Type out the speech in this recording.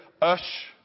ush